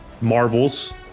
Marvel's